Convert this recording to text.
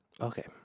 Okay